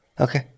Okay